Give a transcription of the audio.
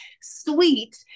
sweet